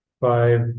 five